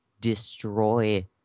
destroy